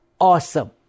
awesome